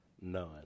none